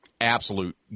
absolute